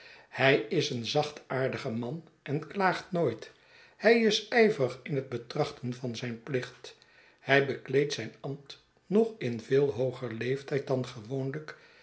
hij is een zachtaardig man en klaagt nooit hij is ijveriginhet betrachten van zijn plicht hij bekleedt zijn ambt nog in veel hooger leeftijd dan gewoonlijk